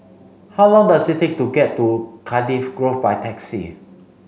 how long does it take to get to Cardiff Grove by taxi